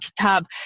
kitab